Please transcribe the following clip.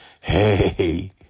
Hey